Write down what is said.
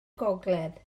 gogledd